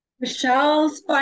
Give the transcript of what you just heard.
Michelle's